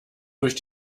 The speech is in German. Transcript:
durch